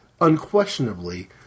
unquestionably